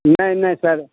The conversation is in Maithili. नहि नहि सर